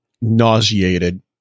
nauseated